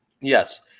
yes